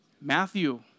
Matthew